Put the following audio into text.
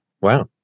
Wow